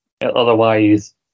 Otherwise